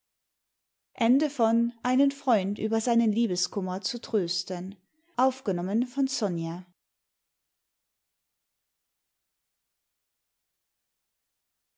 einen freund über seinen liebeskummer zu trösten